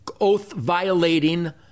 oath-violating